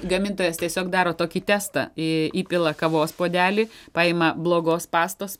gamintojas tiesiog daro tokį testą įpila kavos puodelį paima blogos pastos